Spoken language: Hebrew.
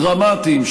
דרמטיים,